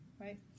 right